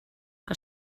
que